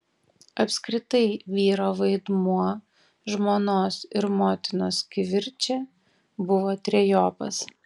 apskritai vyro vaidmuo žmonos ir motinos kivirče buvo trejopas